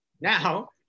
now